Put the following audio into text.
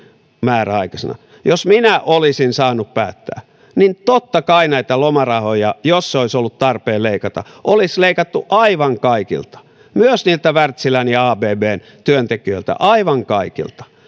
määräaikaisena jos minä olisin saanut päättää niin totta kai näitä lomarahoja jos niitä olisi ollut tarpeen leikata olisi leikattu aivan kaikilta myös niiltä wärtsilän ja abbn työntekijöiltä aivan kaikilta